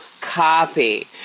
copy